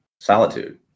solitude